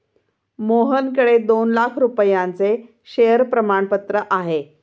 मोहनकडे दोन लाख रुपयांचे शेअर प्रमाणपत्र आहे